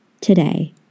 Today